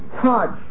touch